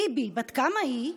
ביבי: בת כמה היא?